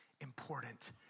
important